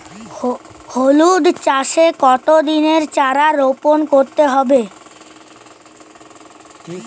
হলুদ চাষে কত দিনের চারা রোপন করতে হবে?